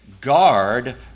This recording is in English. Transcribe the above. guard